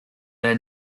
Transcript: their